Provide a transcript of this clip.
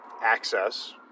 access